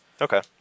Okay